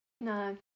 No